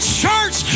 church